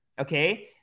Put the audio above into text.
okay